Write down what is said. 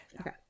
Okay